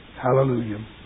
Hallelujah